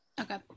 Okay